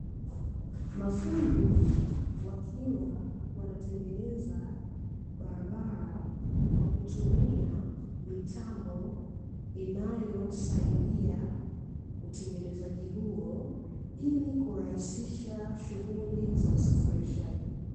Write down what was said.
Mafundi wakiwa wanatengeneza barabara kwa kutumia mitambo inayosaidia utengenezaji huo ili kurahisisha shughuli za usafirishaji.